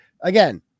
again